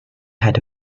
ahead